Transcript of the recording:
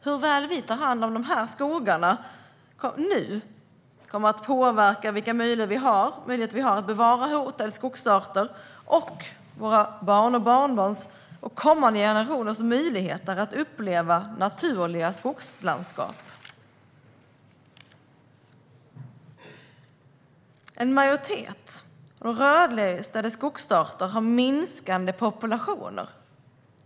Hur väl vi tar hand om de här skogarna nu kommer att påverka vilka möjligheter vi har att bevara hotade skogsarter och våra barns och barnbarns och kommande generationers möjligheter att uppleva naturliga skogslandskap. En majoritet av rödlistade skogsarter har minskande populationer.